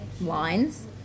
lines